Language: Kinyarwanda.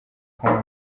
kong